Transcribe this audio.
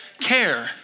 care